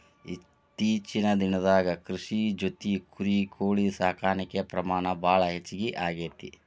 ಇತ್ತೇಚಿನ ದಿನದಾಗ ಕೃಷಿ ಜೊತಿ ಕುರಿ, ಕೋಳಿ ಸಾಕಾಣಿಕೆ ಪ್ರಮಾಣ ಭಾಳ ಹೆಚಗಿ ಆಗೆತಿ